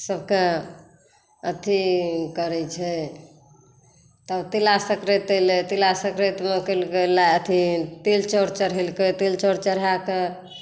सबके अथी करै छै तऽ तिलासकराति एलै तिलासकराति मे केलकै अथी तिल चाउर चढ़ेलकै तिल चाउर चढ़ा कऽ